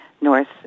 north